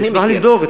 אני אשמח לבדוק.